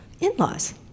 in-laws